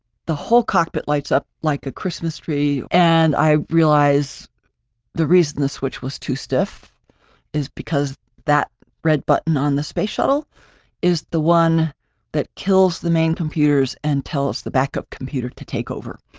the whole cockpit lights up like a christmas tree, and i realize the reason the switch was too stiff is because that red button on the space shuttle is the one that kills the main computers and tell us the backup computer to take over.